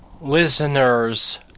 listeners